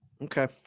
Okay